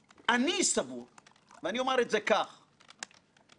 כן בהיבט הצר של עולם הבנקאות,